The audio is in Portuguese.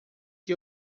que